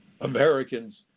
Americans